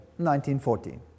1914